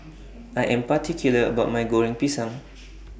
I Am particular about My Goreng Pisang